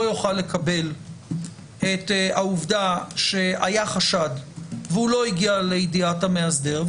יוכל לקבל את העובדה שהיה חשד והוא לא הגיע לידיעת המאסדר,